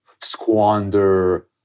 squander